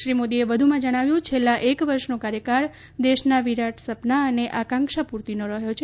શ્રી મોદીએ જણાવ્યું છે કે છેલ્લા એક વર્ષનો કાર્યકાળ દેશના વિરાટ સપના અને આકાંક્ષા પૂર્તિનો રહ્યો છે